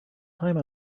time